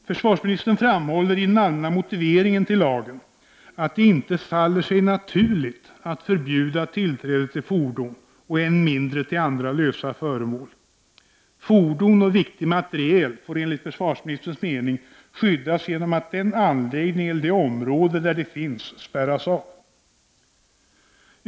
Försvarsministern framhåller i den allmänna motiveringen till lagen att det inte faller sig naturligt att förbjuda tillträde till fordon och än mindre till andra lösa föremål. Fordon och viktig materiel får enligt försvarsministerns mening skyddas genom att den anläggning eller det område där de finns spärras av.